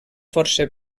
força